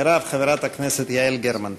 אחריו, חברת הכנסת יעל גרמן.